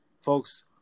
folks